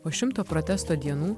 po šimto protesto dienų